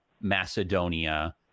Macedonia